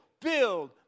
build